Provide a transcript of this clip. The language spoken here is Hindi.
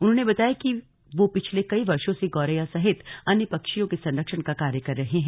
उन्होंने बताया कि वो पिछले कई वर्षो से गौरैया सहित अन्य पक्षियों के संरक्षण का कार्य कर रहें हैं